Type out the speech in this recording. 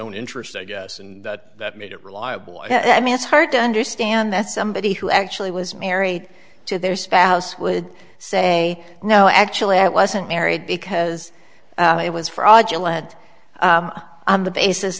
own interest i guess and that made it reliable i mean it's hard to understand that somebody who actually was married to their spouse would say no actually i wasn't married because i was fraudulent on the basis